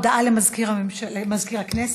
הודעה למזכיר הממשלה, מזכיר הכנסת.